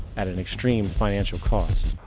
at an extreme financial cost.